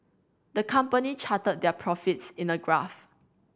the company charted their profits in a graph